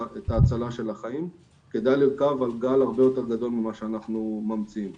ההצלה של החיים כדאי לרכוב על גל הרבה יותר גדול ממה שאנחנו ממציאים פה.